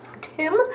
Tim